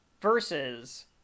versus